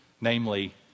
namely